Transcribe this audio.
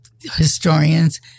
historians